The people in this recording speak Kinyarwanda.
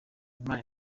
imana